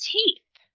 teeth